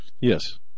Yes